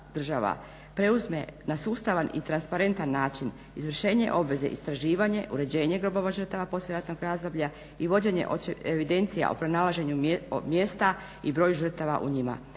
preuzme na sustavan i transparentan način izvršenje obveze, istraživanje, uređenje grobova žrtva poslijeratnog razdoblja i vođenje evidencija o pronalaženju mjesta i broj žrtava u njima,